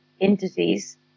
entities